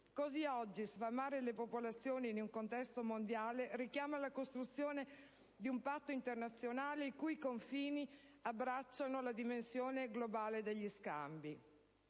così oggi sfamare le popolazioni in un contesto mondiale richiama la costruzione di un patto internazionale, i cui confini abbracciano la dimensione globale degli scambi.